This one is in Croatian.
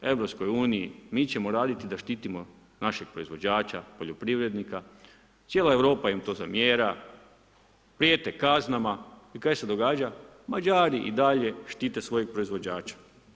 U EU-u mi ćemo raditi da štitimo našeg proizvođača, poljoprivrednika, cijela Europa im to zamjera, prijete kaznama i kaj se događa, Mađari i dalje štite svojeg proizvođača.